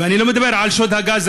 ואני לא מדבר על שוד הגז,